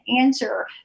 answer